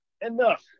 enough